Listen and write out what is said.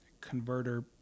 converter